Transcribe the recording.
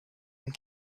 and